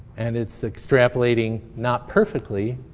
and it's extrapolating, not perfectly,